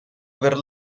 aver